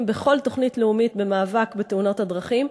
בכל תוכנית לאומית במאבק בתאונות הדרכים.